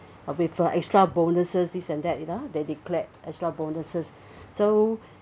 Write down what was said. uh with uh extra bonuses this and that you know they declared extra bonuses so